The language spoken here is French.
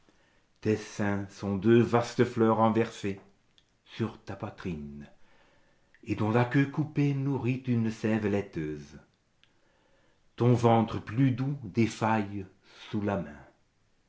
seins sont deux vastes fleurs renversées sur ta poitrine et dont la queue coupée nourrit une sève laiteuse ton ventre plus doux défaille sous la main